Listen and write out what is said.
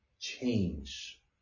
change